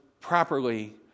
properly